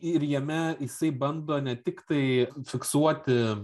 ir jame jisai bando ne tik tai fiksuoti